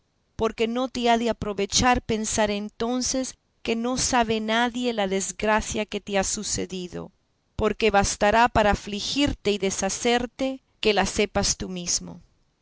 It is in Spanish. porque no te ha de aprovechar pensar entonces que no sabe nadie la desgracia que te ha sucedido porque bastará para afligirte y deshacerte que la sepas tú mesmo